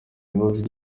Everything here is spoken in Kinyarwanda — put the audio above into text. ikibazo